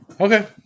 Okay